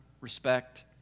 respect